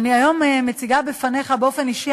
אני היום מציגה בפניך באופן אישי,